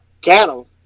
cattle